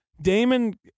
Damon